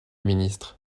ministre